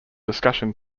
discussion